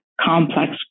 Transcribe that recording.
complex